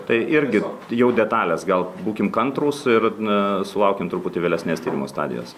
tai irgi jau detalės gal būkim kantrūs ir a sulaukim truputį vėlesnės tyrimo stadijos